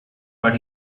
but